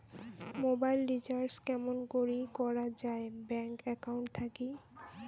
Mobile recharge কেমন করি করা যায় ব্যাংক একাউন্ট থাকি?